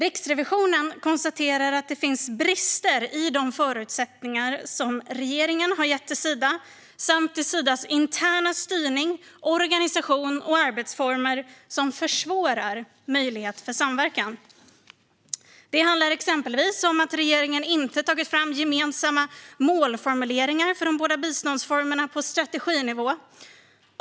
Riksrevisionen konstaterar att det finns brister i de förutsättningar som regeringen har gett Sida samt i Sidas interna styrning, organisation och arbetsformer som försvårar möjligheterna till samverkan. Det handlar exempelvis om att regeringen inte har tagit fram gemensamma målformuleringar för de båda biståndsformerna på strateginivå.